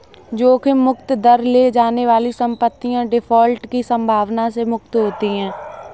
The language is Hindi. जोखिम मुक्त दर ले जाने वाली संपत्तियाँ डिफ़ॉल्ट की संभावना से मुक्त होती हैं